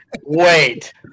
wait